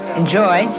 enjoy